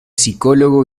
psicólogo